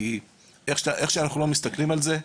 שאיך שלא מסתכלים על זה,